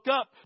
up